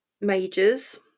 majors